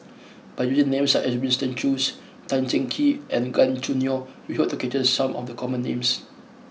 by using names such as Winston Choos Tan Cheng Kee and Gan Choo Neo we hope to capture some of the common names